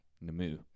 Namu